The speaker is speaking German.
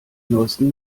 neusten